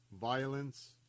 violence